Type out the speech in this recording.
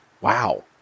Wow